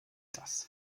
das